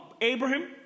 Abraham